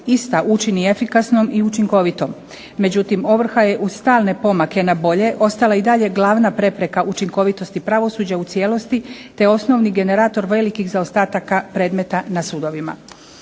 ista učini efikasnom i učinkovitom. Međutim, ovrha je uz stalne pomake na bolje ostala i dalje glavna prepreka učinkovitosti pravosuđa u cijelosti te osnovni generator velikih zaostataka predmeta na sudovima.